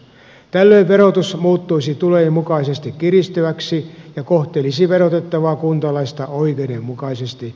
tällöin verotus muuttuisi tulojen mukaisesti kiristyväksi ja kohtelisi verotettavaa kuntalaista oikeudenmukaisesti